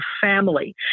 family